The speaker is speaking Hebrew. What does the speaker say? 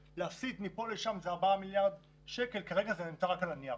שלהסיט מכאן לשם זה ארבעה מיליארד שקלים כרגע זה רק על הנייר